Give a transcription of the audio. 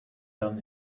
done